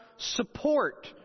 Support